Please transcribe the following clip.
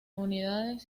unidades